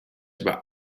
über